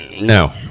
No